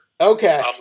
Okay